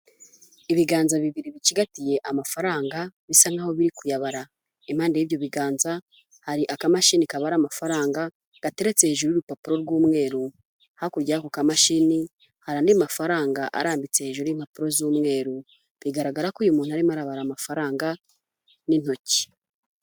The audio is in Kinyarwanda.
Ibiganza bibiri bicigatiye amafaranga bisa nk'aho biri kuyabara, impande y'ibyo biganza hari akamashini kabara amafaranga gateretse hejuru y'urupapuro rw'umweru, hakurya y'ako kamashini hari andi mafaranga arambitse hejuru y'impapuro z'umweru, bigaragara ko uyu muntu arimo arabara amafaranga n'intoki.